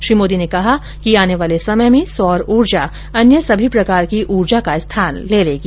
श्री मोदी ने कहा कि आने वाले समय में सौर ऊर्जा अन्य सभी प्रकार की ऊर्जा का स्थान ले लेगी